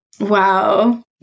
Wow